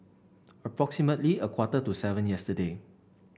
approximately a quarter to seven yesterday